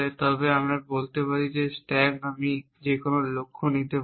তবে আমি বলতে পারি স্ট্যাক আমি যেকোনো লক্ষ্য নিতে পারি